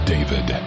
David